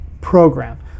program